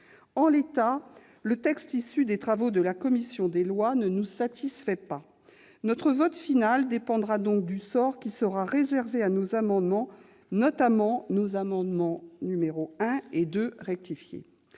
En l'état, le texte issu des travaux de la commission des lois ne nous satisfait pas. Notre vote final dépendra donc du sort qui sera réservé à nos amendements, notamment nos amendements nos 1 et 2 rectifié .